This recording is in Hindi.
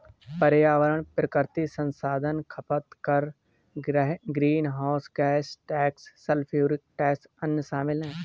पर्यावरण प्राकृतिक संसाधन खपत कर, greenhouse gas tax, sulphuric tax, अन्य शामिल हैं